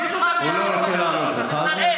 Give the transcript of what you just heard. הוא לא רוצה לענות לך.